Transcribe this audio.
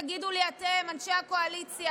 תגידו לי אתם, אנשי הקואליציה: